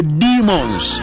demons